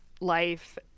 life